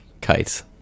Kites